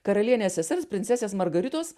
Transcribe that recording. karalienės sesers princesės margaritos